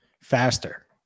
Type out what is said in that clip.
faster